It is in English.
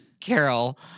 carol